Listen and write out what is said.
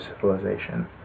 civilization